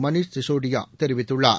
மணீஷ் சிசோடியா தெரிவித்துள்ளார்